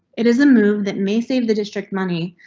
it is a move that may save the district money,